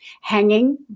hanging